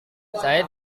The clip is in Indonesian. saya